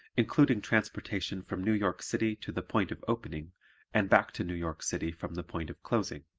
including transportation from new york city to the point of opening and back to new york city from the point of closing